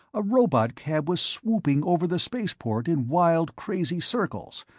a robotcab was swooping over the spaceport in wild, crazy circles,